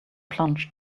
plunge